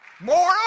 more